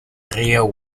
río